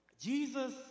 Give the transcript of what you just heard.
Jesus